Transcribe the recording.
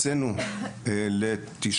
בעקבות זאת הוצאנו התראה על ביטול לפני